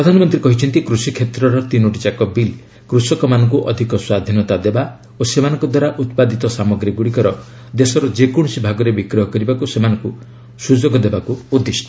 ପ୍ରଧାନମନ୍ତ୍ରୀ କହିଛନ୍ତି କୃଷି କ୍ଷେତ୍ରର ତିନୋଟି ଯାକ ବିଲ୍ କୃଷକମାନଙ୍କୁ ଅଧିକ ସ୍ୱାଧୀନତା ଦେବା ଓ ସେମାନଙ୍କ ଦ୍ୱାରା ଉତ୍ପାଦିତ ସାମଗ୍ରୀଗୁଡ଼ିକର ଦେଶର ଯେକୌଣସି ଭାଗରେ ବିକ୍ରୟ କରିବାକୁ ସେମାନଙ୍କୁ ସୁଯୋଗ ଦେବାକୁ ଉଦ୍ଦିଷ୍ଟ